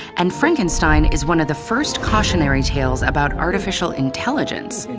and frankenstein is one of the first cautionary tales about artificial intelligence.